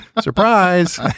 Surprise